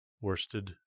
worsted